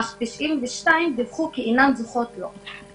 אך 92 ציינו כי אינן זוכות לו.